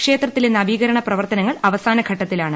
ക്ഷേത്രത്തിലെ നവീകരണ പ്രവർത്തനങ്ങൾ അവസാനഘട്ടത്തിലാണ്